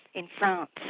in france,